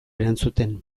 erantzuten